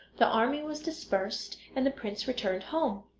the army was dispersed, and the prince returned home.